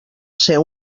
ser